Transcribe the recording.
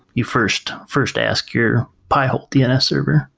you first first ask your pi-hole dns server.